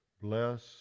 bless